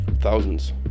Thousands